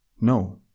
No